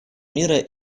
мира